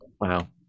wow